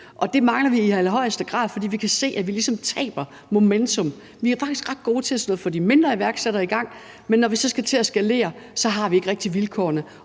det mangler vi i allerhøjeste grad, for vi kan se, at vi ligesom taber momentum. Vi er faktisk ret gode til at få de mindre iværksættere i gang, men når vi så skal til at skalere, har vi ikke rigtig vilkårene,